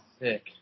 sick